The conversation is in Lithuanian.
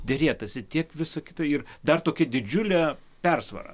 derėtasi tiek visa kita ir dar tokia didžiule persvara